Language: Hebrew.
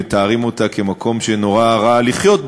מתארים אותה כמקום שנורא רע לחיות בו,